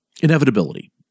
inevitability